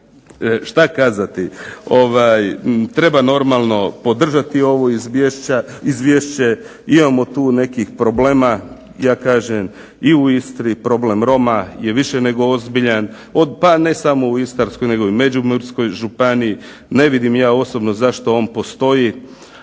šta kazati. Treba normalno podržati ovo Izvješće imamo tu nekih problema ja kažem i u Istri, problem Roma je više nego ozbiljan, ne samo u Istarskoj nego i u Međimurskoj županiji, ne vidim ja osobno zašto on postoji,